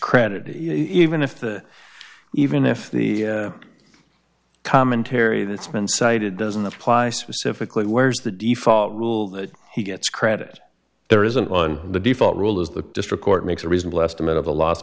credit even if the even if the commentary that's been cited doesn't apply specifically where's the default rule that he gets credit there isn't one the default rule is the district court makes a reasonable estimate of the loss